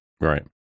right